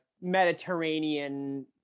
Mediterranean